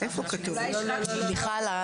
אני מסתכלת על השעון.